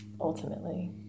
ultimately